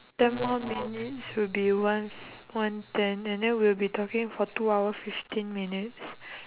ten more minutes will be one one ten and then we'll be talking for two hour fifteen minutes